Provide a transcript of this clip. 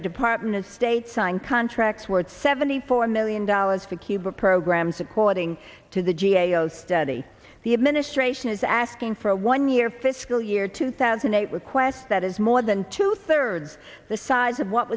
the department of state sign contracts worth seventy four million dollars for cuba programs according to the g a o study the administration is asking for a one year fiscal year two thousand and eight request that is more than two thirds the size of what